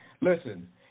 listen